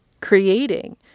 Creating